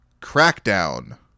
Crackdown